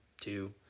two